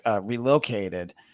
relocated